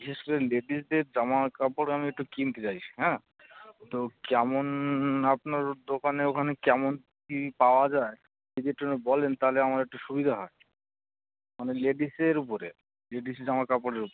বিশেষ করে লেডিসদের জামা কাপড় আমি একটু কিনতে চাইছি হ্যাঁ তো কেমন আপনার আপনার দোকানে ওখানে কেমন কী পাওয়া যায় যদি একটুখানি বলেন তালে আমার একটু সুবিধা হয় আমি লেডিসের উপরে লেডিস জামা কাপড়ের উপরে